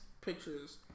pictures